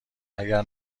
اگه